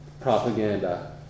propaganda